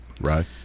Right